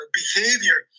behavior